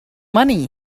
money